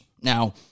Now